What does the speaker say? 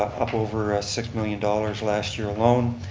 up over six million dollars last year alone.